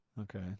Okay